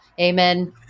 Amen